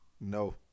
no